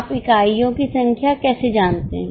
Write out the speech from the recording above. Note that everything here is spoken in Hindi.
आप इकाइयों की संख्या कैसे जानते हैं